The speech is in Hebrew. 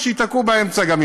ושייתקעו באמצע גם,